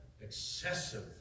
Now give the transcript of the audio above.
excessive